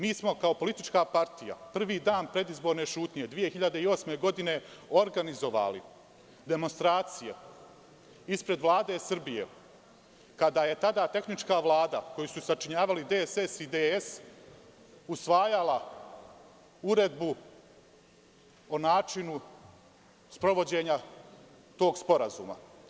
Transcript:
Mi smo kao politička partija prvi dan predizborne ćutnje 2008. godine organizovali demonstracije ispred Vlade Srbije kada je tada tehnička Vlada, koju su sačinjavali DSS i DS, usvajala Uredbu o načinu sprovođenja tog sporazuma.